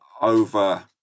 over